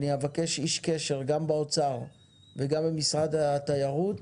אבקש איש קשר, גם במשרד האוצר וגם במשרד התיירות,